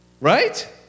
Right